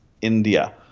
India